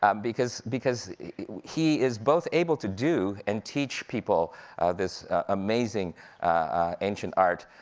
um because because he is both able to do, and teach people this amazing ancient art.